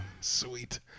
sweet